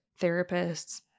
therapists